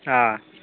চা